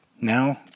Now